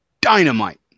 dynamite